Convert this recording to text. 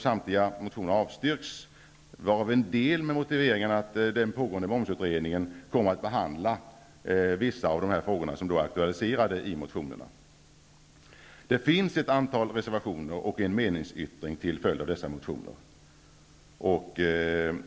Samtliga motioner har avstyrkts, varav en del med motiveringen att den pågående momsutredningen kommer att ta upp vissa av de frågor som är aktualiserade i motionerna. Det finns ett antal reservationer och en meningsyttring till följd av dessa motioner.